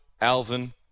Alvin